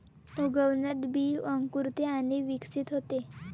उगवणात बी अंकुरते आणि विकसित होते